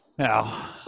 Now